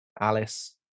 Alice